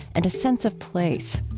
and a sense of place.